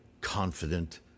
confident